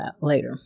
later